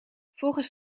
volgens